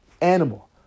animal